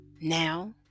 Now